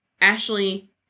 Ashley